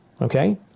Okay